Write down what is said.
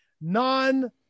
non